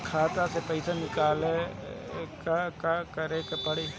खाता से पैसा निकाले ला का का करे के पड़ी?